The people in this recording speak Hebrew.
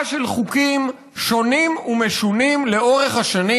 של חוקים שונים ומשונים לאורך השנים.